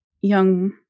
young